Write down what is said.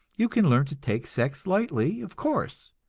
you can learn to take sex lightly, of course,